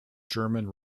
german